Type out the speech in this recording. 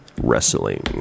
wrestling